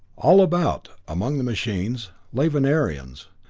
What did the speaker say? all about, among the machines, lay venerians.